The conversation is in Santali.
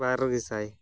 ᱵᱟᱨ ᱜᱮᱥᱟᱭ